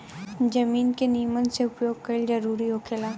जमीन के निमन से उपयोग कईल जरूरी होखेला